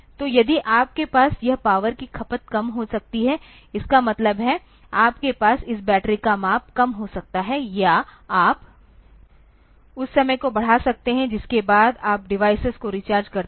तो यदि आपके पास यह पावर की खपत कम हो सकती है इसका मतलब है आपके पास इस बैटरी का माप कम हो सकता है या आप उस समय को बढ़ा सकते हैं जिसके बाद आप डिवाइस को रिचार्ज करते हैं